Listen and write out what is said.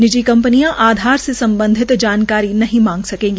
निजी कंपनियां आधार से सम्बधित जानकारी नहीं मांग सकेंगी